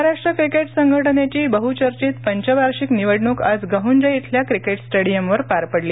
Maharashtra cricket संघटनेची बहुचर्चित पंचवार्षिक निवडण्क आज गहंजे इथल्या क्रिकेट स्टेडियमवर पार पडली